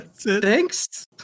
thanks